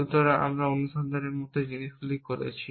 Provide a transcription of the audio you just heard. সুতরাং আমরা অনুসন্ধানের মতো জিনিসগুলি করেছি